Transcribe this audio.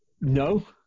no